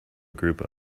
group